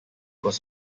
was